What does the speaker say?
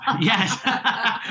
Yes